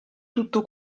tutto